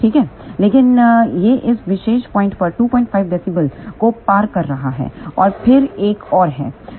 लेकिन यह इस विशेष पर 25 db को पार कर रहा है और फिर एक और है